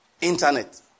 internet